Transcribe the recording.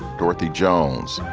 dorothy jones,